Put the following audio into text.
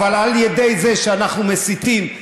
אבל על ידי זה שאנחנו מסיתים,